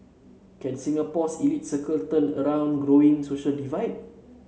can Singapore's elite circle turn around growing social divide